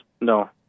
No